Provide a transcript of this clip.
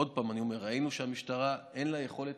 עוד פעם אני אומר: ראינו שלמשטרה אין יכולת